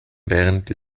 während